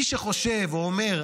מי שחושב ואומר,